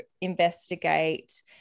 investigate